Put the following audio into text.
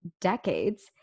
decades